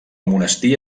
monestir